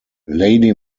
lady